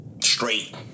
Straight